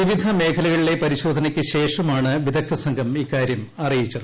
വിവിധ മേഖലകളിലെ പരിശോധനക്ക് ശേഷമാണ് വിദ്ദ്ധ്ധസംഘം ഇക്കാര്യം അറിയിച്ചത്